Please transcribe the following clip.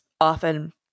often